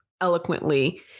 eloquently